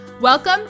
Welcome